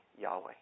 Yahweh